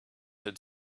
had